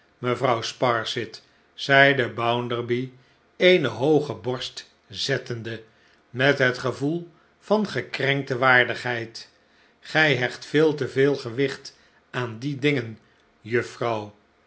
mevrouw sparsit zeide bounderby eene hooge borst zettende met het gevoel van gekrenkte waardigheid gij hecht veel te veel gewicht aan die dingen juffrouw